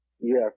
Yes